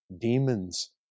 Demons